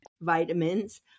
Vitamins